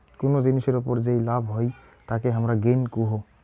কুনো জিনিসের ওপর যেই লাভ হই তাকে হামারা গেইন কুহু